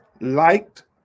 liked